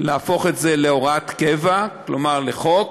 להפוך את זה להוראת קבע, כלומר לחוק